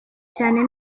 cyane